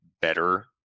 better